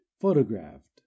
photographed